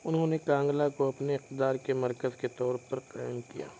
انہوں نے کانگلا کو اپنے اقتدار کے مرکز کے طور پر قائم کیا